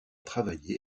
travaillé